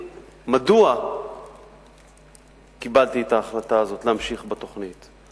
מדוע קיבלתי את ההחלטה הזאת להמשיך בתוכנית?